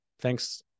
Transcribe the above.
Thanks